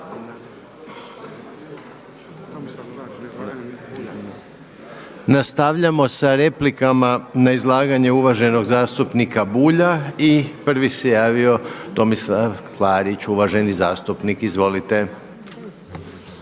uvaženog zastupnika Bulja.